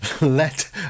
let